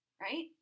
Right